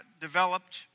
developed